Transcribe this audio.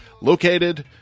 Located